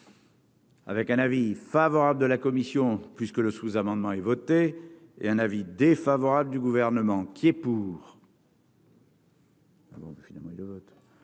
Avec un avis favorable de la commission puisque le sous-amendement est voté et un avis défavorable du gouvernement qui est pour. Finalement, le vote.